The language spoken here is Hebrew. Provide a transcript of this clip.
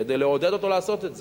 כדי לעודד אותו לעשות את זה.